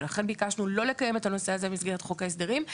ולכן ביקשנו לא לקיים את הנושא הזה במסגרת חוק ההסדרים,